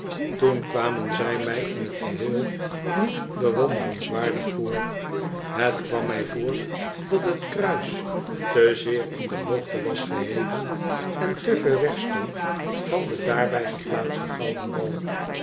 toen kwamen zij mij in het geheel niet bewonderenswaardig voor het kwam mij voor dat het kruis te zeer in de hoogte was geheven en te ver weg stond van den daarbij geplaatsten gouden bal